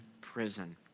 prison